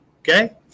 okay